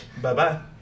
Bye-bye